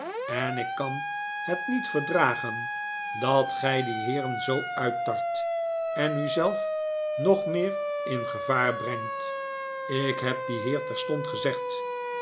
en ik kan het niet verdragen dat gij die heeren zoo uittart en u zelf nog meer in gevaar brengt ik heb dien heer terstond gezegd